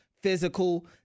physical